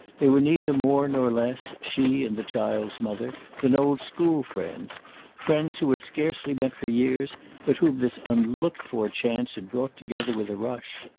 they were neither more nor less, she and the child's mother, than old school-friends friends who had scarcely met for years but whom this unlooked-for chance had brought together with a rush.